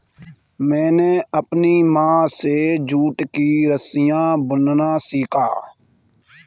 मैंने अपनी माँ से जूट की रस्सियाँ बुनना सीखा